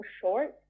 short